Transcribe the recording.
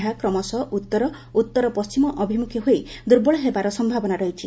ଏହା କ୍ରମଶଃ ଉତ୍ତର ଉତ୍ତର ପଣ୍ଣିମାଭିମଖୀ ହୋଇ ଦୁର୍ବଳ ହେବାର ସମ୍ଭାବନା ରହିଛି